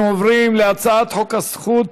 אנחנו עוברים להצעת חוק הזכות